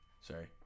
sorry